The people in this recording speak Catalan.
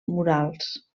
murals